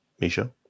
Misha